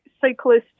cyclists